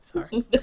Sorry